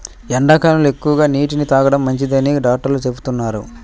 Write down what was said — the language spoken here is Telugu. ఎండాకాలంలో ఎక్కువగా నీటిని తాగడం మంచిదని డాక్టర్లు చెబుతున్నారు